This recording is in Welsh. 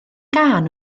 gân